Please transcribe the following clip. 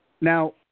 Now